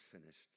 finished